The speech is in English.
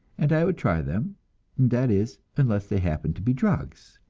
and i would try them that is, unless they happened to be drugs.